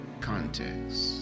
context